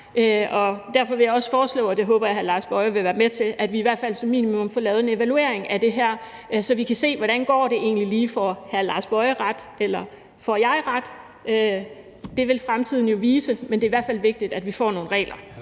derfor vil jeg også foreslå, og det håber jeg hr. Lars Boje Mathiesen vil være med til, at vi i hvert fald som minimum får lavet en evaluering af det her, så vi kan se, hvordan det egentlig lige går. Får hr. Lars Boje Mathiesen ret, eller får jeg ret? Det vil fremtiden jo vise, men det er i hvert fald vigtigt, at vi får nogle regler.